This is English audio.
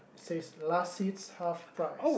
says last seeds half price